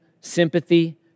sympathy